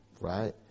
right